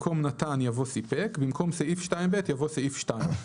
במקום "נתן" יבוא "סיפק" במקום "סעיף 2(ב)" יבוא "סעיף 2"."